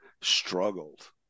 struggled